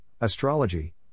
astrology